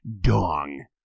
dong